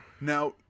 now